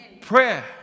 prayer